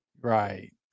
Right